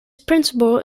principle